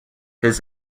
his